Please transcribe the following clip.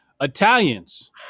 Italians